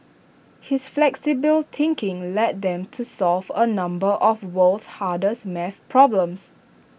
his flexible thinking led them to solve A number of world's hardest math problems